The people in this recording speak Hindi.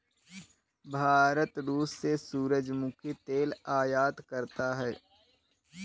भारत रूस से सूरजमुखी तेल आयात करता हैं